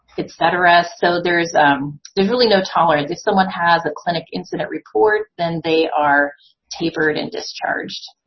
etc, so there's there's really no tolerance. if someone has a clinic incident report, then they are tapered and discharged.